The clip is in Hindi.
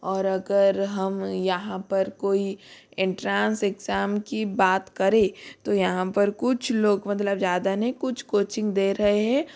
और अगर हम यहाँ पर कोई इंट्रान्स इग्जाम की बात करें तो यहाँ पर कुछ लोग मतलब ज़्यादा नहीं कुछ कोचिंग दे रहें